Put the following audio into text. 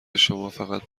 شمافقط